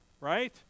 right